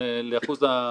עדכון של שיטות ההוראה,